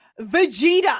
Vegeta